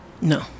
No